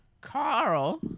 Carl